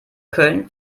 köln